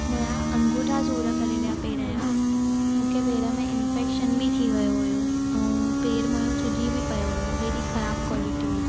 मुंहिंजा अंगूठा सूर करे विया पेर जा मूंखे पेर में इनफैक्शन बि थी वियो हुओ ऐं पेर मुंहिंजो सूजी बि पियो हुओ हेॾी ख़राबु क्वालिटी हुई